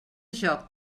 joc